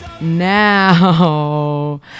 now